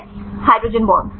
छात्र hydrogen bond